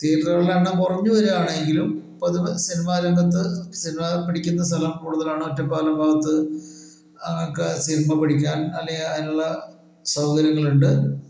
തിയേറ്ററുകളുടെ എണ്ണം കുറഞ്ഞു വരുവാണ് എങ്കിലും ഇപ്പോൾ അത് സിനിമാ രംഗത്ത് സിനിമ പിടിക്കുന്ന സ്ഥലം കൂടുതലാണ് ഒറ്റപ്പാലം ഭാഗത്ത് ഒക്കെ സിനിമ പിടിക്കാൻ അല്ലെങ്കിൽ അതിനുള്ള സൗകര്യങ്ങളുണ്ട്